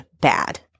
bad